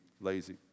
lazy